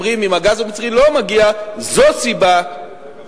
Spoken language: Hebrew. אומרים: אם הגז המצרי לא מגיע זו סיבה לפתח